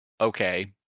okay